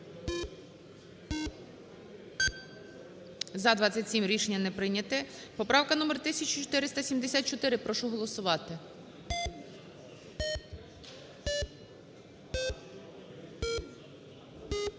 За-27 Рішення не прийняте. Поправка номер 1474. Прошу голосувати.